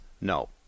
no